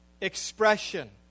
expression